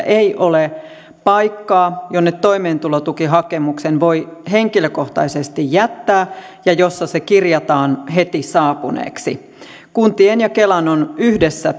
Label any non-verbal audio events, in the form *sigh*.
*unintelligible* ei ole paikkaa jonne toimeentulotukihakemuksen voi henkilökohtaisesti jättää ja jossa se kirjataan heti saapuneeksi kuntien ja kelan on yhdessä *unintelligible*